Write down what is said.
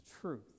truth